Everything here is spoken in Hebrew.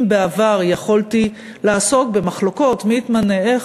אם בעבר יכולתי לעסוק במחלוקות מי יתמנה ואיך,